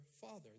father